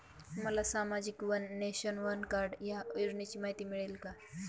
मला सामाजिक one nation, one card या योजनेची माहिती मिळेल का?